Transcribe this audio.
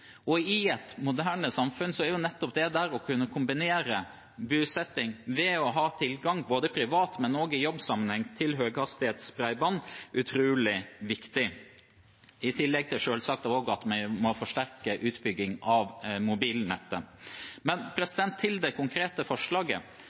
I et moderne samfunn er nettopp det å kunne kombinere bosetting ved å ha tilgang til høyhastighets bredbånd både privat og i jobbsammenheng utrolig viktig. I tillegg må vi selvsagt også forsterke utbygging av mobilnettet.